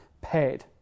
paid